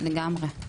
לגמרי,